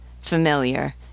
familiar